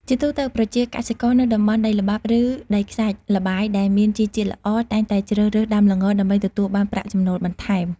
ជាទូទៅ ប្រជាកសិករនៅតំបន់ដីល្បាប់ ឬដីខ្សាច់ល្បាយដែលមានជីជាតិល្អ តែងតែជ្រើសរើសដាំល្ងដើម្បីទទួលបានប្រាក់ចំណូលបន្ថែម។